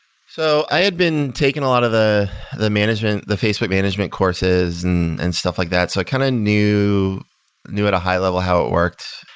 so i had been taking a lot of the the management, the facebook management courses and and stuff like that. so kind of i knew at a high level how it worked.